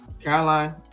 caroline